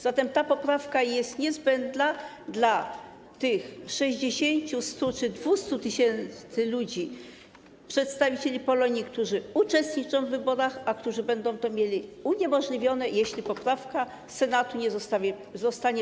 Zatem ta poprawka jest niezbędna dla tych 60, 100 czy 200 tys. ludzi, przedstawicieli Polonii, którzy uczestniczą w wyborach, a którzy będą to mieli uniemożliwione, jeśli poprawka Senatu nie zostanie przyjęta.